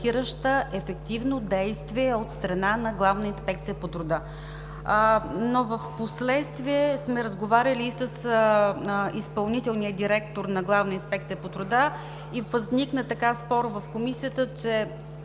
ефективно действие от страна на „Главна инспекция по труда“. Впоследствие сме разговаряли и с изпълнителния директор на „Главна инспекция по труда“ и възникна спор в Комисията, че